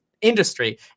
industry